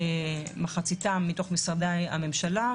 מחציתם מתוך משרדי הממשלה.